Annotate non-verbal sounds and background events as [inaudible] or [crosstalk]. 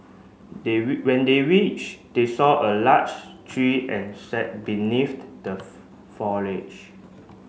they [unintelligible] when they reached they saw a large tree and sat beneath the the [unintelligible] foliage